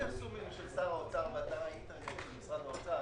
שר האוצר באתר האינטרנט של משרד האוצר.